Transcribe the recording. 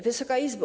Wysoka Izbo!